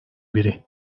biri